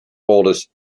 oldest